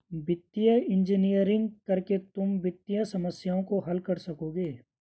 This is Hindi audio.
वित्तीय इंजीनियरिंग करके तुम वित्तीय समस्याओं को हल कर सकोगे